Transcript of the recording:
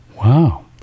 Wow